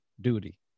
duty